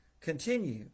continue